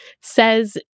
says